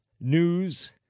news